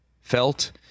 felt